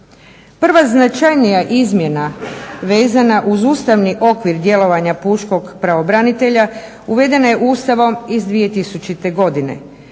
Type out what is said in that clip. Prva značajnija izmjena vezana uz ustavni okvir djelovanja pučkog pravobranitelja uvedena je Ustavom iz 2000. Godine.